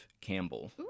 Campbell